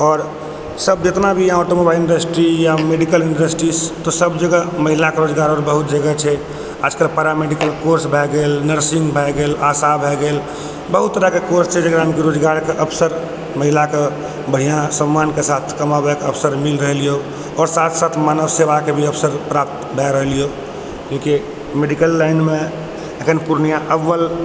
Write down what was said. आओर सब जतना भी यहाँ ऑटो मोबाइल इण्डस्ट्री या मेडिकल इण्डस्ट्री सब जगह महिलाके रोजगार बहुत जगह छै खासकर पैरा मेडिकल कोर्स भऽ गेल नर्सिंग भऽ गेल आशा भऽ गेल बहुत तरहके कोर्स छै जकरामे रोजगारके अवसर महिलाके बढ़िआँ सम्मानके साथ कमाबैके अवसर मिल रहलैए आओर साथ साथ मानव सेवाके भी अवसर प्राप्त भऽ रहलैए कियाकि मेडिकल लाइनमे एखन पूर्णिया अव्वल